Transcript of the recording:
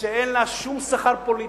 שאין לה שום שכר פוליטי,